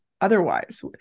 otherwise